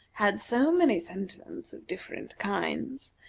had so many sentiments of different kinds,